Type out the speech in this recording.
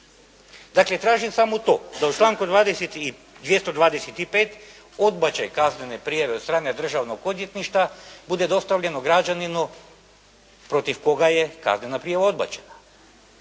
Dakle, tražim samo to, da u članku 225. odbačaj kaznene prijave od strane Državnog odvjetništva bude dostavljeno građaninu protiv koga je kaznena prijava odbačena.